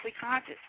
conscious